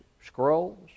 scrolls